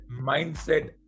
mindset